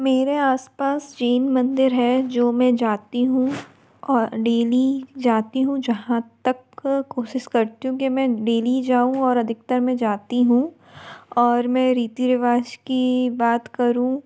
मेरे आसपास जैन मंदिर है जो मैं जाती हूँ और डेली जाती हूँ जहाँ तक कोशिश करती हूँ कि मैं डेली जाऊँ और अधिकतर मैं जाती हूँ और मैं रीति रिवाज़ की बात करूँ